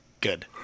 good